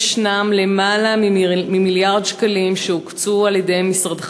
יש יותר ממיליארד שקלים שהוקצו למשרדך